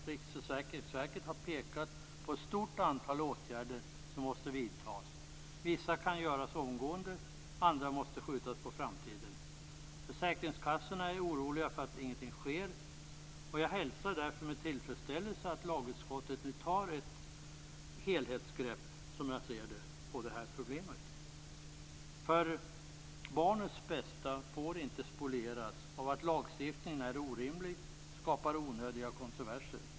Riksförsäkringsverket har pekat på ett stort antal åtgärder som måste vidtas, vissa kan göras omgående, andra måste skjutas på framtiden. Försäkringskassorna är oroliga för att ingenting sker. Jag hälsar därför med tillfredsställelse att lagutskottet nu, som jag ser det, tar ett helhetsgrepp på det här problemet. Barnets bästa får inte spolieras av att lagstiftningen är orimlig och skapar onödiga kontroverser.